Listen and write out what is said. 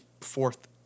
fourth